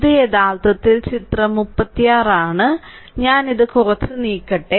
ഇത് യഥാർത്ഥത്തിൽ ചിത്രം 36 ആണ് ഞാൻ ഇത് കുറച്ച് നീക്കട്ടെ